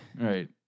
Right